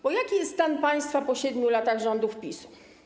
Bo jaki jest stan państwa po 7 latach rządów PiS-u?